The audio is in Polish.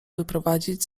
wyprowadzić